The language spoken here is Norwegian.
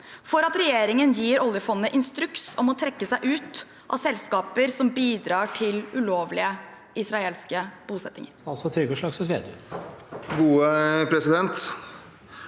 for at regjeringen gir oljefondet instruks om å trekke seg ut av selskaper som bidrar til ulovlige israelske bosettinger?»